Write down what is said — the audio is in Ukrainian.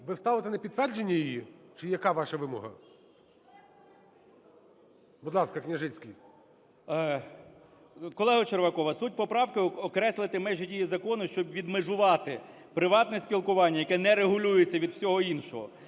ви ставите на підтвердження її чи яка ваша вимога? Будь ласка, Княжицький. 17:16:07 КНЯЖИЦЬКИЙ М.Л. Колего Червакова, суть поправки: окреслити межі дії закону, щоб відмежувати приватне спілкування, яке не регулюється від всього іншого.